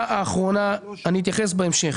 אני אתייחס בהמשך,